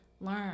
learn